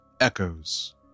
Echoes